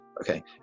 okay